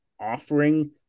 offering